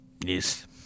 Yes